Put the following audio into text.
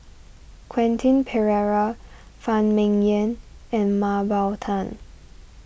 Quentin Pereira Phan Ming Yen and Mah Bow Tan